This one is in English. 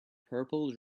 purple